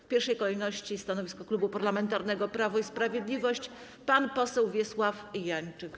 W pierwszej kolejności stanowisko Klubu Parlamentarnego Prawo i Sprawiedliwość przedstawi pan poseł Wiesław Janczyk.